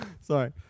Sorry